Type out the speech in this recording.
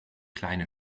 kleine